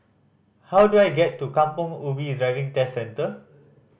how do I get to Kampong Ubi Driving Test Centre